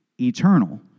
eternal